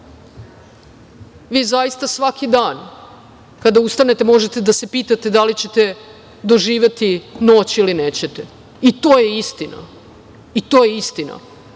vi zaista svaki dan kada ustanete možete da se pitate da li ćete doživeti noć, ili nećete. I, to je istina, posebno